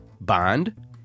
Bond